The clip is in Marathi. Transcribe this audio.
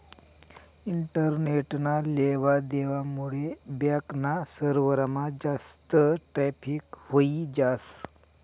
इंटरनेटना लेवा देवा मुडे बॅक ना सर्वरमा जास्त ट्रॅफिक व्हयी जास